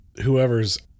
Whoever's